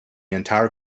entire